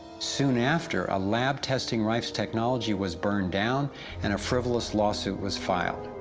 soon after, a lab testing rife's technology was burned down and a fatuous lawsuit was filed.